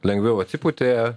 lengviau atsipūtė